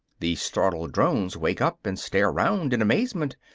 the startled drones wake up, and stare round in amazement,